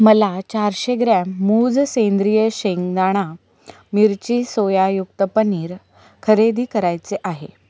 मला चारशे ग्रॅम मूज सेंद्रिय शेंगदाणा मिरची सोयायुक्त पनीर खरेदी करायचे आहे